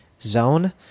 zone